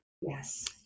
Yes